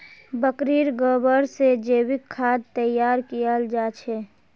बकरीर गोबर से जैविक खाद तैयार कियाल जा छे